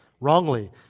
wrongly